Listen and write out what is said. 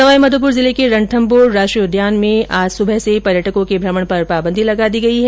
सवाईमाधोपुर जिले के रणथम्भौर राष्ट्रीय उद्यान में आज सुबह से पर्यटकों के भ्रमण पर पाबंदी लगा दी गई है